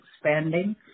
expanding